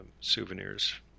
souvenirs